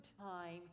time